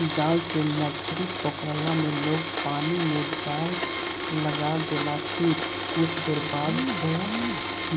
जाल से मछरी पकड़ला में लोग पानी में जाल लगा देला फिर कुछ देर बाद ओ